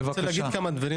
אני רוצה להגיד כמה דברים